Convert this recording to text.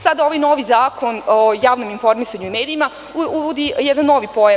Sada ovaj novi zakon o javnom informisanju i medijima uvodi jedan novi pojam.